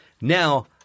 Now